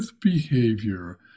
behavior